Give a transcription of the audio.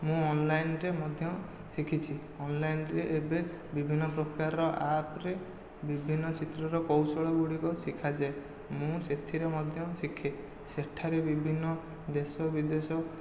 ମୁଁ ଅନଲାଇନ୍ରେ ମଧ୍ୟ ଶିଖିଛି ଅନଲାଇନ୍ରେ ଏବେ ବିଭିନ୍ନ ପ୍ରକାରର ଆପ୍ରେ ବିଭିନ୍ନ ଚିତ୍ରରର କୌଶଳଗୁଡ଼ିକ ଶିଖାଯାଏ ମୁଁ ସେଥିରୁ ମଧ୍ୟ ଶିଖେ ସେଠାରେ ବିଭିନ୍ନ ଦେଶ ବିଦେଶ